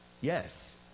yes